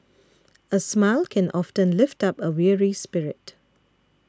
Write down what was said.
a smile can often lift up a weary spirit